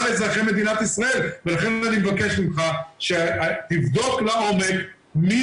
אזרחי מדינת ישראל ולכן אני מבקש ממך שתבדוק לעומק מי